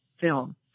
film